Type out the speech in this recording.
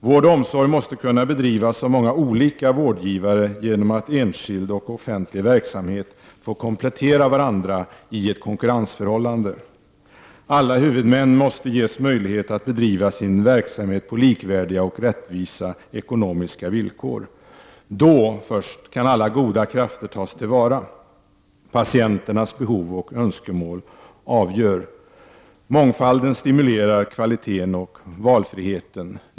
Vård och omsorg måste kunna bedrivas av många olika vårdgivare genom att enskild och offentlig verksamhet får komplettera varandra i ett konkurrensförhållande. Alla huvudmän måste ges möjlighet att bedriva sin verksamhet på likvärdiga och rättvisa ekonomiska villkor. Då först kan alla goda krafter tas till vara. Patienternas behov och önskemål avgör. Mångfalden stimulerar kvaliteten och valfriheten.